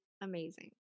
amazing